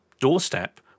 doorstep